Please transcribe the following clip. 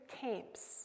camps